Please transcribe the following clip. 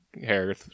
hair